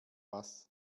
was